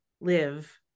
live